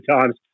times